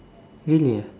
really ah